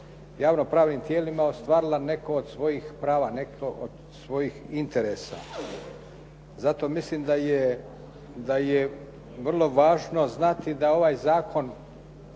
javnopravnim tijelima ostvarila neko od svojih prava, neko od svojih interesa. Zato mislim da je vrlo važno znati da ovaj zakon